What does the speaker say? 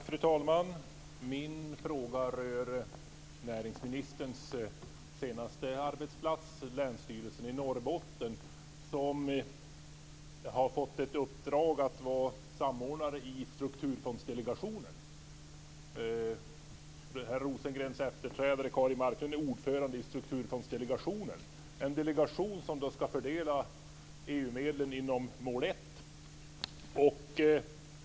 Fru talman! Min fråga rör näringsministerns senaste arbetsplats, Länsstyrelsen i Norrbottens län, som har fått i uppdrag att vara samordnare i Strukturfondsdelegationen. Herr Rosengrens efterträdare Kari Marklund är ordförande i Strukturfondsdelegationen, en delegation som ska fördela EU-medlen inom mål 1.